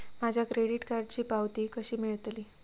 माझ्या क्रेडीट कार्डची पावती कशी मिळतली?